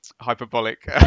hyperbolic